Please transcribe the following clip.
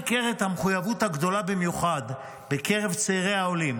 ניכרת המחויבות הגדולה במיוחד בקרב צעירי העולים.